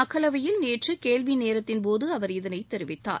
மக்களவையில் நேற்று கேள்வி நேரத்தின்போது அவர் இதனை தெரிவித்தார்